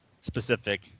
specific